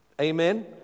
Amen